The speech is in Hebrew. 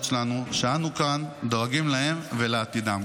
שלנו שאנו כאן דואגים להם ולעתידם.